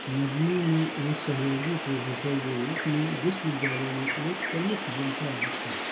नदमी ने एक सहयोगी प्रोफ़ेसर के रूप में विश्वविद्यालय में एक प्रमुख भूमिका अर्जित की